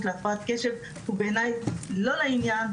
להפרעת קשב הוא בעיניי לא לעניין,